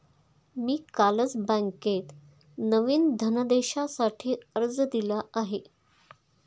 मी कालच बँकेत नवीन धनदेशासाठी अर्ज दिला आहे